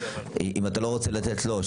אם אתה לא רוצה לתת לו,